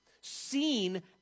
seen